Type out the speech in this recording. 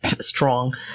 strong